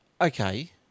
okay